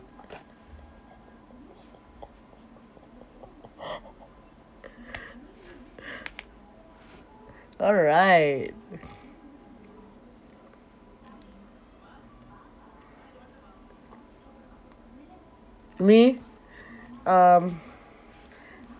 alright me um